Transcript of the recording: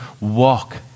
walk